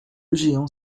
géant